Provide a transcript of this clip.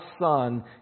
Son